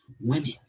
women